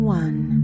one